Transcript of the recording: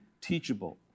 teachable